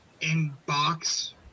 in-box